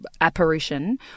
apparition